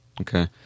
Okay